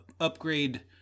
upgrade